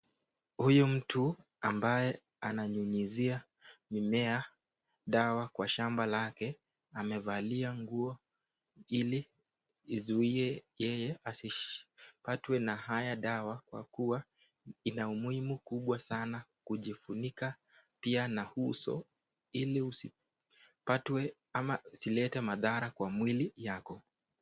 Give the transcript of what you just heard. Huyu mtu ambaye ananyunyizia mimea dawa kwa shamba lake amevalia nguo ili izuie yeye asipatwe na haya dawa kwa kuwa ina umuhimu mkubwa sana kujifunika pia na uso ili usipatwe ama zilete madhara kwa mwili yako.